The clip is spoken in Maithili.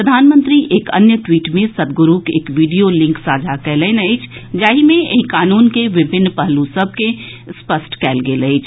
प्रधानमंत्री एक अन्य ट्वीट मे सद्गुरूक एक वीडियो लिंक साझा कयलनि अछि जाहि मे एहि कानून के विभिन्न पहलू सभ के स्पष्ट कयल गेल अछि